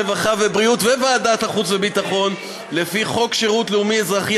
הרווחה והבריאות ובוועדת החוץ והביטחון לחוק שירות לאומי-אזרחי,